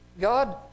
God